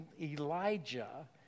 Elijah